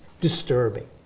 disturbing